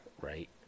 right